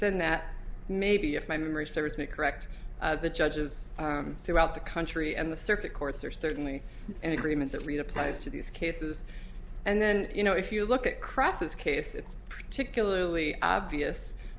than that maybe if my memory serves me correct the judges throughout the country and the circuit courts are certainly in agreement that read applies to these cases and then you know if you look at crassus case it's particularly obvious